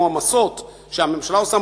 שהממשלה עושה,